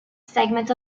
segments